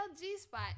G-spot